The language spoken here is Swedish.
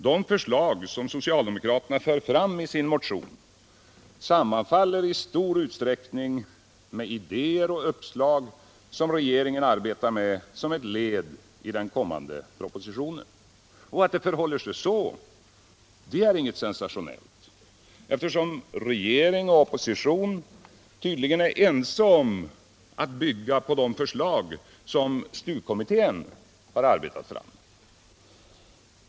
De förslag som socialdemokraterna för fram i sin motion sammanfaller i stor utsträckning med idéer och uppslag som regeringen arbetar med som ett led i den kommande propositionen. Och att det förhåller sig så är inget sensationellt, eftersom regeringen och oppositionen tydligen är ense om att bygga på de förslag som STU kommittén har arbetat fram.